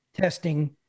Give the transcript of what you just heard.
testing